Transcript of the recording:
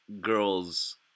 girls